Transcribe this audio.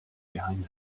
behind